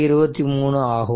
23 ஆகும்